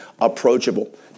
approachable